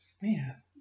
man